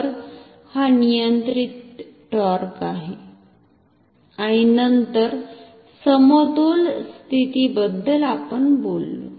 तर हा नियंत्रित टॉर्क आहे आणि नंतर समतोल स्थितीबद्दल आपण बोललो